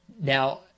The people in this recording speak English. Now